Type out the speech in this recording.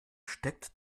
steckt